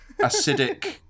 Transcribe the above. acidic